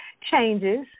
changes